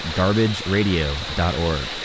garbageradio.org